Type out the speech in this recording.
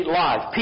life